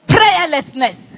Prayerlessness